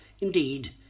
Indeed